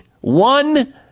one